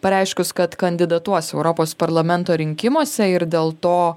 pareiškus kad kandidatuos europos parlamento rinkimuose ir dėl to